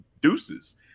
deuces